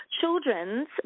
children's